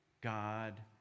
God